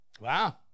Wow